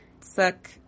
Suck